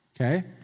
Okay